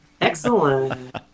excellent